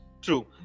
True